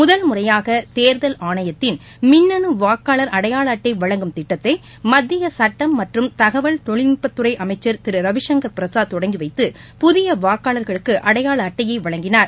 முதல்முறையாக தேர்தல் ஆணையத்தின் மின்னணு வாக்காளர் அடையாள அட்டை வழங்கும் திட்டத்தை மத்திய சுட்டம் மற்றும் தகவல் தொழில் நுட்பத்துறை அமைச்சர் திரு ரவிசங்கர் பிரசாத் தொடங்கி வைத்து புதிய வாக்காளர்களுக்கு அடையாள அட்டையை வழங்கினார்